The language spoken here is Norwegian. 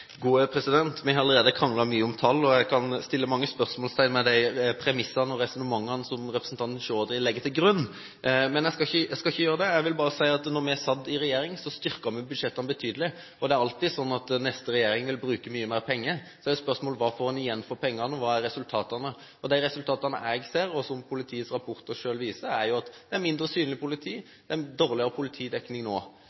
Vi har allerede kranglet mye om tall, og jeg kan sette mange spørsmålstegn ved de premissene og resonnementene som representanten Chaudhry legger til grunn. Men jeg skal ikke gjøre det. Jeg vil bare si at da vi satt i regjering, styrket vi budsjettene betydelig. Det er alltid sånn at neste regjering vil bruke mye mer penger. Så er spørsmålet: Hva får en igjen for pengene, og hva er resultatene? De resultatene jeg ser, og som politiets rapporter selv viser, er at det er mindre synlig politi